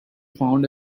found